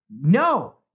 no